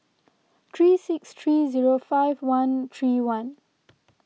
three six three zero five one three one